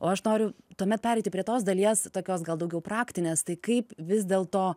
o aš noriu tuomet pereiti prie tos dalies tokios gal daugiau praktinės tai kaip vis dėl to